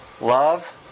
love